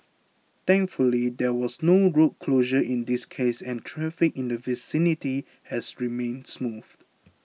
thankfully there was no road closure in this case and traffic in the vicinity has remained smooth